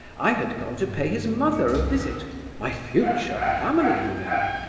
i had gone to pay his mother a visit my future family, you know!